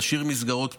להשאיר מסגרות פתוחות,